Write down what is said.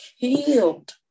killed